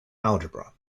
algebra